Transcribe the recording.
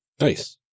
Nice